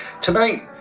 Tonight